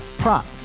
prop